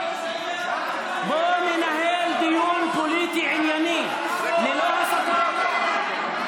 בואו ננהל דיון פוליטי ענייני, ללא הסתות.